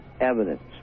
evidence